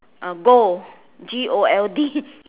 uh gold g o l d